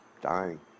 dying